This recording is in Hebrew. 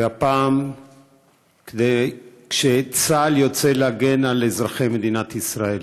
והפעם כשצה"ל יוצא להגן על אזרחי מדינת ישראל: